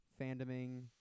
fandoming